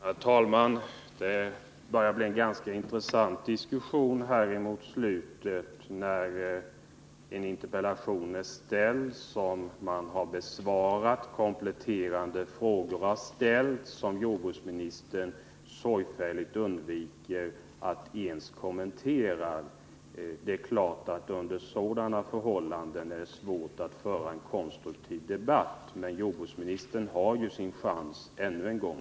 Herr talman! Det börjar bli en ganska intressant diskussion. En interpellation har framställts och blivit besvarad. Sedan har kompletterande frågor ställts, men dem undviker jordbruksministern sorgfälligt att ens kommentera. Under sådana förhållanden är det naturligtvis svårt att föra en konstruktiv debatt. Men jordbruksministern har sin chans ännu en gång.